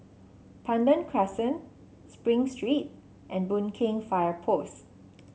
Pandan Crescent Spring Street and Boon Keng Fire Post